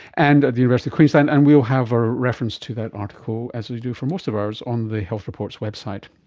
and at the university of queensland, and we'll have a reference to that article, as we do for most of ours, on the health report's website.